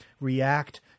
react